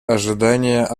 ожидания